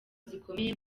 zikomeye